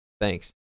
Thanks